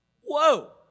Whoa